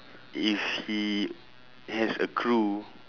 if he has a crew